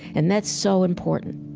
and that's so important